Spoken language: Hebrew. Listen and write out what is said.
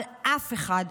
אבל אף אחד,